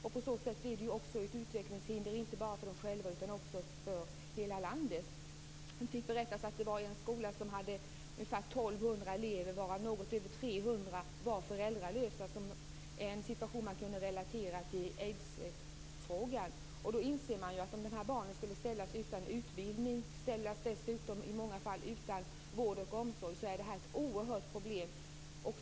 På så sätt blir aids ett utvecklingshinder inte bara för de själva utan för hela landet. Det berättades att en skola hade ungefär 1 200 elever, varav något över 300 var föräldralösa. Det är en situation man kan relatera till aidsfrågan. Man inser att det blir oerhörda problem om dessa barn skulle ställas utan utbildning och utan vård och omsorg.